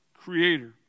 creator